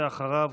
ואחריו,